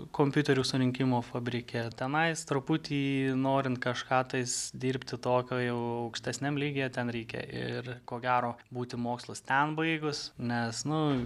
kompiuterių surinkimo fabrike tenai truputį norint kažką tais dirbti tokio jau aukštesniam lygyje ten reikia ir ko gero būti mokslus ten baigus nes nu